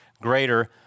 greater